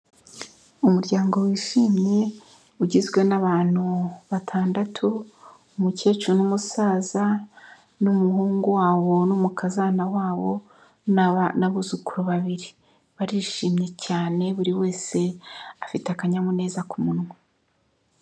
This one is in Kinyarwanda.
Umuryango wishimye ugizwe n'abantu batandatu, umukecuru n'umusaza n'umuhungu wabo n' numukazana wabo n'abuzukuru babiri, barishimye cyane buri wese afite akanyamuneza kumunwa.